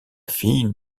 fille